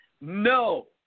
No